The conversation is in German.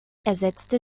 ersetzte